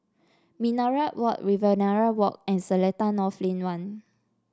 Minaret Walk Riverina Walk and Seletar North Lane One